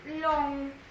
long